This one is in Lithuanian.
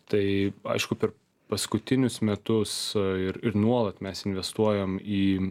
tai aišku per paskutinius metus ir ir nuolat mes investuojam į